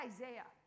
Isaiah